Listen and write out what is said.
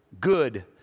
good